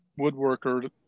woodworker